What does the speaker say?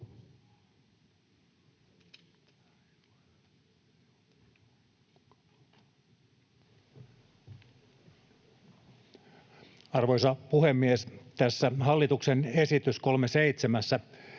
Arvoisa puhemies! Tässä hallituksen esityksessä